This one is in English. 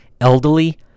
Elderly